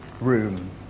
room